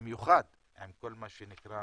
ובמיוחד עם כל מה שנקרא